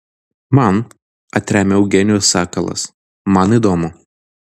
man atremia eugenijus sakalas man įdomu